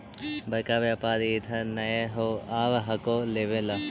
बड़का व्यापारि इधर नय आब हको लेबे ला?